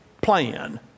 plan